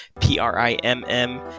p-r-i-m-m